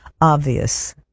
obvious